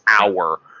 hour